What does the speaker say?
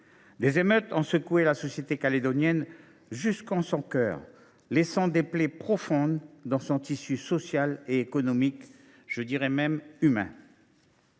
Des émeutes ont secoué la société calédonienne jusqu’en son cœur, laissant des plaies profondes dans son tissu social et économique, je dirais même humain.